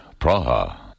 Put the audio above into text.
Praha